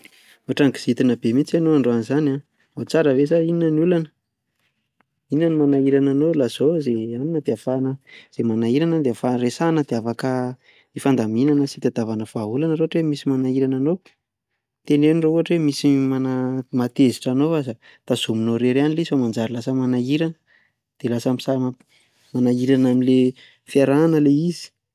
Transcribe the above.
Otrany kizitina be mihintsy enao androany izany an, ao tsara ve sa inona ny olana? Inona no manahirana anao, lazao za anona, de afahana izay manahirana dia afa resahana de afaka hifandaminana sy hitadiavana vahaolana raha ohatra hoe misy manahirana anao, teneno raha ohatra hoe misy mana- mahatezitra anao fa aza tazominao irery any izay izy fa manjary lasa manahirana, dia lasa manahirana amin'ilay fiarahana ilay izy.